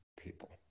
people